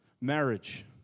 marriage